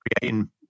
creating